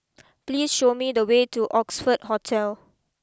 please show me the way to Oxford Hotel